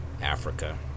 Africa